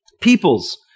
peoples